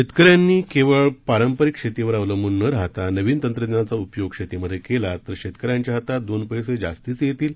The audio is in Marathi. शेतक यांनी केवळ पारंपरिक शेतीवर अवलंबून न राहता नवीन तंत्रज्ञानाचा उपयोग शेतीमध्ये केला तर शेतक यांच्या हातात दोन पैसे जास्तीचे येतील